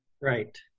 Right